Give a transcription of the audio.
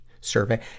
survey